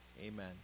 Amen